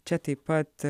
čia taip pat